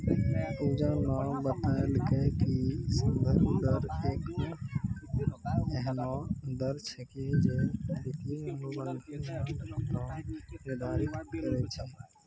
पूजा न बतेलकै कि संदर्भ दर एक एहनो दर छेकियै जे वित्तीय अनुबंध म भुगतान निर्धारित करय छै